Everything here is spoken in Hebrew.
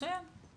מצוין.